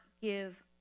give